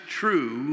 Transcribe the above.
true